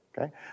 okay